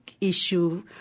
issue